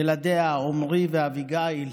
ילדיה עומרי ואביגיל,